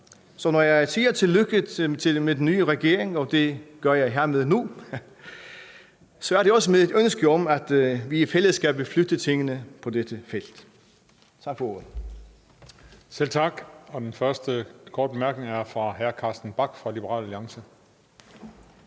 Så når jeg siger tillykke med den nye regering, og det gør jeg hermed nu, er det også med et ønske om, at vi i fællesskab vil flytte tingene på dette felt. Tak for ordet. Kl. 21:19 Tredje næstformand (Christian Juhl): Selv tak. Den første korte bemærkning er fra hr. Carsten Bach fra Liberal Alliance.